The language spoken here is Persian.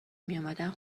میامدند